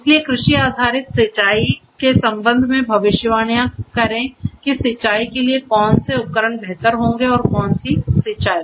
इसलिए कृषि आधारित सिंचाई के संबंध में भविष्यवाणियां करें कि सिंचाई के लिए कौन से उपकरण बेहतर होंगे और कौन सी सिंचाई